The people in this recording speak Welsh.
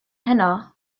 heno